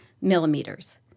millimeters